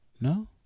No